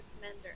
commander